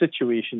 situation